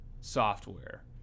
software